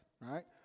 right